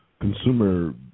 consumer